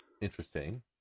Interesting